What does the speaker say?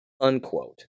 Unquote